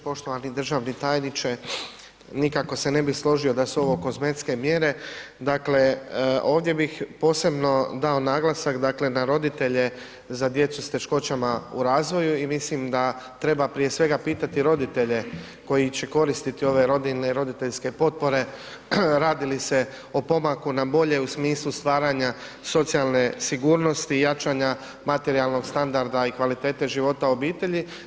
Poštovani državni tajniče, nikako se ne bi složio da su ovo kozmetske mjere, dakle ovdje bih posebno dao naglasak dakle na roditelje za djecu sa teškoćama u razvoju i mislim da treba prije svega pitati roditelje koji će koristiti ove rodiljne i roditeljske potpore, radi li se o pomaku na bolje u smislu stvaranja socijalne sigurnosti i jačanja materijalnog standarda i kvalitete života obitelji.